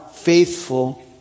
faithful